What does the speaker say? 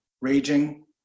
raging